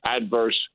adverse